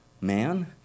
man